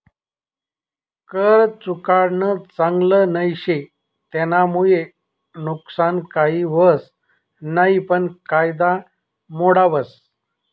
कर चुकाडानं चांगल नई शे, तेनामुये नुकसान काही व्हस नयी पन कायदा मोडावस